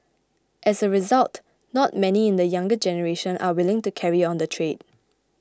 as a result not many in the younger generation are willing to carry on the trade